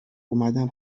اومدم